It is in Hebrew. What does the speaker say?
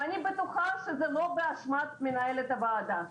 ואני בטוחה שזה לא באשמת מנהלת הוועדה.